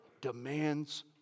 demands